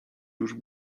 już